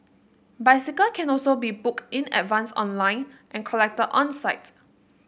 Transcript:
bicycle can also be booked in advance online and collected on site